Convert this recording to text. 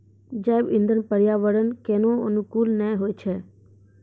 जैव इंधन पर्यावरण केरो अनुकूल नै होय छै